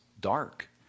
dark